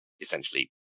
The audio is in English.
essentially